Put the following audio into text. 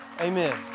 Amen